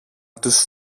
τους